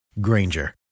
Granger